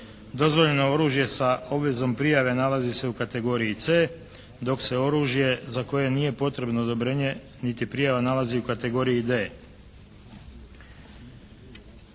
Dozvoljeno oružje sa obvezom prijave nalazi se u kategoriji C, dok se oružje za koje nije potrebno odobrenje niti prijava nalazi u kategoriji D.